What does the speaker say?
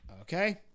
Okay